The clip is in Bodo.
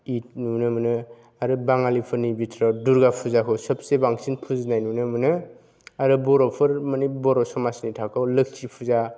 ईद नुनो मोनो आरो बाङालिफोरनि भितराव दुर्गा फुजाखौ सबसे बांसिन फुजिनाय नुनो मोनो आरो बर'फोर माने बर' समाजनि थाखोआव लोक्षि फुजा